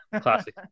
classic